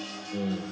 mm